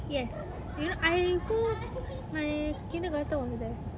yes you know I pun my kindergarten was there